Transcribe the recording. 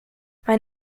mein